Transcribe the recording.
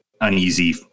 uneasy